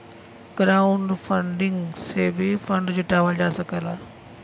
crowdfunding से भी fund जुटावल जा सकला